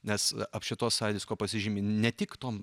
nes apšvietos sąjūdis kuo pasižymi ne tik tom